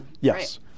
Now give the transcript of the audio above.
yes